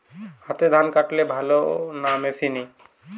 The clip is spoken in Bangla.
হাতে ধান কাটলে ভালো না মেশিনে?